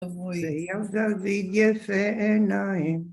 ודוד יפה עיניים.